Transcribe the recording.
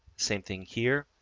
same thing here.